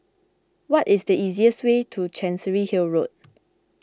what is the easiest way to Chancery Hill Road